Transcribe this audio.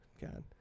God